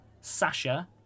Sasha